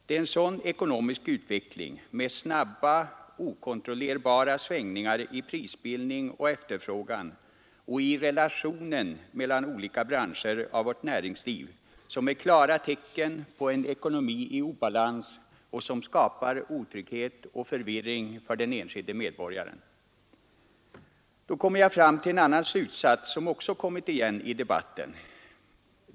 En sådan ekonomisk utveckling med snabba okontrollerbara svängningar i prisbildning och efterfrågan och i relationen mellan olika branscher av vårt näringsliv är det klara tecknet på en ekonomi i obalans, vilket skapar otrygghet och förvirring för den enskilde medborgaren. Jag kommer då fram till en annan slutsats, som också kommit igen i debatten.